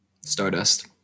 Stardust